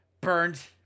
Burned